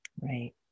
Right